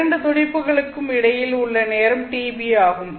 இரண்டு துடிப்புகளுக்கும் இடையில் உள்ள நேரம் Tb ஆகும்